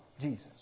Jesus